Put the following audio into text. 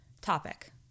topic